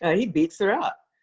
and he beats her up.